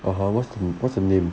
(uh huh) what's the what's the name